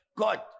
God